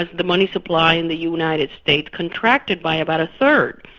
ah the money supply in the united states contracted by about a third.